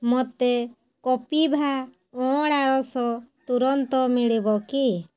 ମୋତେ କପିଭା ଅଁଳା ରସ ତୁରନ୍ତ ମିଳିବ କି